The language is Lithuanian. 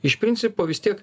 iš principo vis tiek